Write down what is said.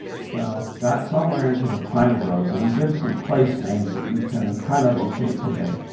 so got somewhere into the pine groves. and he gives some place names that you can kind of locate today.